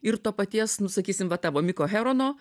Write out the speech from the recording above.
ir to paties nu sakysim va tavo miko herono